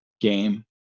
game